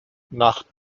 nach